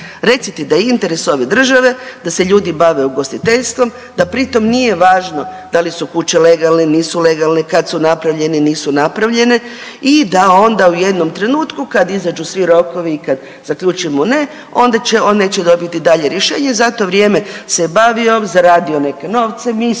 Recite da je interes ove države da se ljudi bave ugostiteljstvom, da pri tom nije važno da li su kuće legalne, nisu legalne, kad su napravljene, nisu napravljene i da onda u jednom trenutku kad izađu svi rokovi i kad zaključimo ne, on neće dobiti dalje rješenje. Za to vrijeme se bavio, zaradio neke novce, mi smo